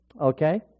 okay